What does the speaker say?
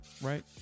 right